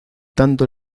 tanto